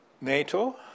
NATO